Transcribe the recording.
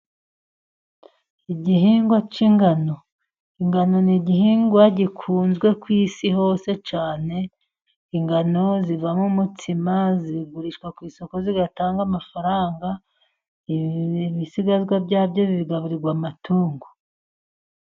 Igihingwa cy'ingano, ingano n'igihingwa gikunzwe ku isi hose cyane, ingano zivamo umutsima zigurishwa ku isoko zitanga amafaranga, ibisigazwa byabyo bigaburirwa amatungo.